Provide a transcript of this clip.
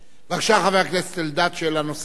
בבקשה, חבר הכנסת אלדד, שאלה נוספת.